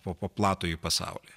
po po platųjį pasaulį